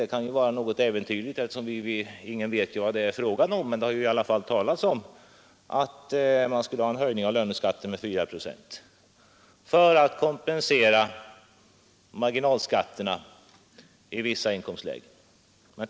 Det kan var något äventyrligt, eftersom ingen vet vad det är fråga om, men det har i alla fall talats om en höjning av löneskatten med 4 procent för att kompensera en sänkning av marginalskatterna i vissa inkomstlägen.